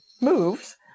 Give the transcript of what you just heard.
moves